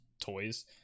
toys